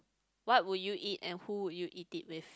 what would you eat and who would you eat it with